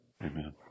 Amen